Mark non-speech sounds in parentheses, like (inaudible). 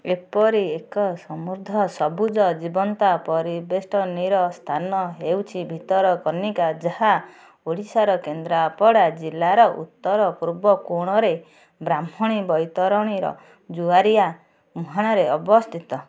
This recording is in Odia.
ଏପରି ଏକ ସମୃଦ୍ଧ ସବୁଜ ଜୀବନ୍ତ (unintelligible) ସ୍ଥାନ ହେଉଛି ଭିତରକନିକା ଯାହା ଓଡ଼ିଶାର କେନ୍ଦ୍ରାପଡ଼ା ଜିଲ୍ଲାର ଉତ୍ତର ପୂର୍ବ କୋଣରେ ବ୍ରାହ୍ମଣୀ ବୈତରଣୀର ଜୁଆରିଆ ମୁହାଣରେ ଅବସ୍ଥିତ